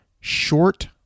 Short